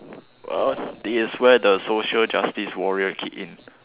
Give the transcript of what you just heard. well this is where the social justice warrior kick in